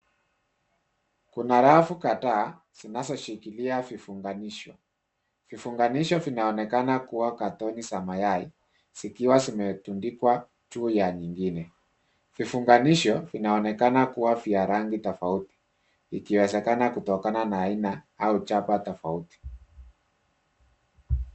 Kuna rafu kadhaa zinazoshikila vivunganisho. Vivunganisho vinaonekana kuwa carton za mayai zikiwa zimetundikwa juu ya nyingine. Vivunganisho vinaonekana kuwa vya rangi tofauti, vikiwezekana kutoka na aina au chapa tofauti.